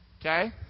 Okay